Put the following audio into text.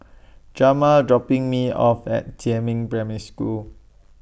Jamar dropping Me off At Jiemin Primary School